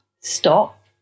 stop